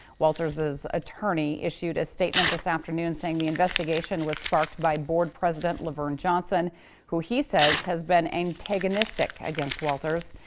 walters's attorney issued a statement this afternoon, saying the investigation was sparked by board president lavern johnson who he says has been antagonistic against walters.